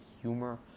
humor